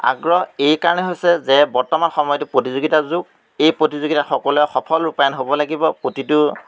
আগ্ৰহ এই কাৰণে হৈছে যে বৰ্তমান সময়টো প্ৰতিযোগিতাৰ যুগ এই প্ৰতিযোগিতাত সকলোৱে সফল ৰূপায়ন হ'ব লাগিব প্ৰতিটো